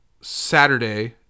Saturday